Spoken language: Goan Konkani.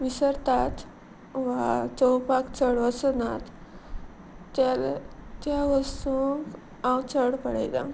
विसरतात वा चवपाक चड वसनात त्या त्या वस्तूंक हांव चड पळयला